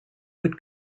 would